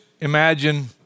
imagine